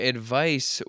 Advice